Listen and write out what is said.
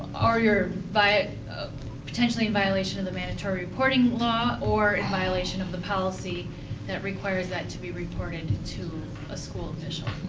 or you're potentially in violation of the mandatory reporting law, or in violation of the policy that requires that to be reported to a school official.